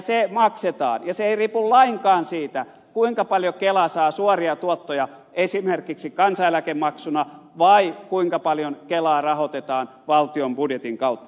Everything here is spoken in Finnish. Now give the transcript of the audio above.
se maksetaan ja se ei riipu lainkaan siitä kuinka paljon kela saa suoria tuottoja esimerkiksi kansaneläkemaksuina tai kuinka paljon kelaa rahoitetaan valtion budjetin kautta